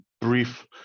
brief